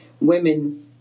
women